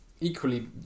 equally